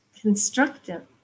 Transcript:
constructive